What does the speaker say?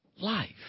Life